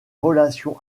relations